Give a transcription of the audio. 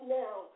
now